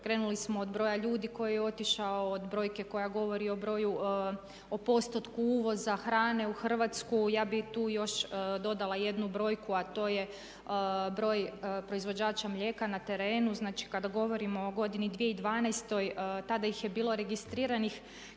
Krenuli smo od broja ljudi koji je otišao, od brojke koja govori o postotku uvoza hrane u Hrvatsku. Ja bih tu još dodala jednu brojku, a to je broj proizvođača mlijeka na terenu. Znači, kada govorimo o godini 2012. tada ih je bilo registriranih